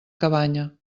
cabanya